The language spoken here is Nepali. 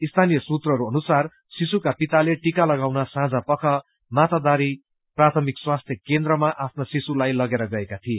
स्थानीय सूत्रहरू अनुसार शिशुका पिताले टीका लगाउन साँझ पख मातादारी प्राथमिक स्वास्थि केन्द्रमा आफ्ना शिशुलाई लगेर गएका थिए